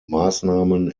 maßnahmen